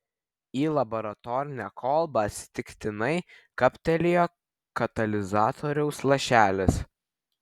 į laboratorinę kolbą atsitiktinai kaptelėjo katalizatoriaus lašelis